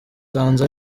nsanze